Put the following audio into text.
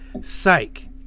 Psych